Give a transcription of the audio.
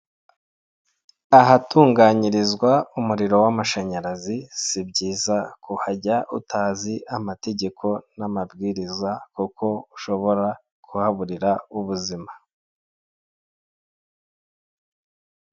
Ahatunganyirizwa umuriro w'amashanyarazi, si byiza kuhajya utazi amategeko n'amabwiriza kuko ushobora kuhaburira ubuzima.